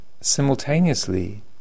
simultaneously